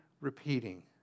repeating